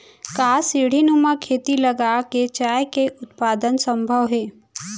का सीढ़ीनुमा खेती लगा के चाय के उत्पादन सम्भव हे?